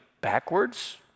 backwards